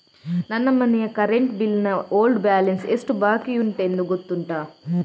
ನನ್ನ ಮನೆಯ current bill ನ ಓಲ್ಡ್ ಬ್ಯಾಲೆನ್ಸ್ ಎಷ್ಟು ಬಾಕಿಯುಂಟೆಂದು ಗೊತ್ತುಂಟ?